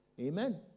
Amen